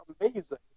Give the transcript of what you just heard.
amazing